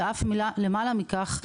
ואף למעלה מכך,